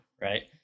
right